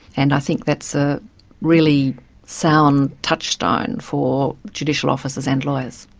and i think that's a really sound touchstone for judicial officers and lawyers.